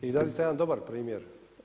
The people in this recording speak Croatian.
I dali ste jedan dobar primjer.